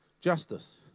Justice